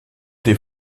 des